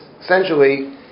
Essentially